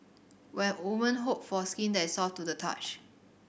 when woman hope for skin that is soft to the touch